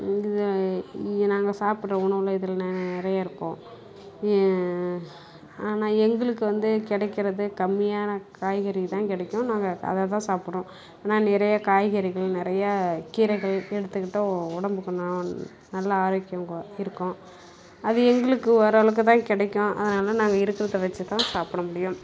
இதில் இதை நாங்கள் சாப்பிடற உணவு இது நிறையா இருக்கும் ஆனால் எங்களுக்கு வந்து கிடைக்கிறது கம்மியான காய்கறி தான் கிடைக்கும் நாங்கள் அதைதான் சாப்பிடுறோம் ஆனால் நிறையா காய்கறிகள் நிறையா கீரைகள் எடுத்துக்கிட்டால் உடம்புக்கு ந நல்லா ஆரோக்கியம் இருக்கும் அது எங்களுக்கு ஒர் அளவுக்கு தான் கிடைக்கும் அதுனால் நாங்கள் இருக்கிறத வச்சுதான் சாப்பிட முடியும்